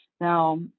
now